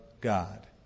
God